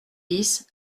dix